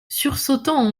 sursautant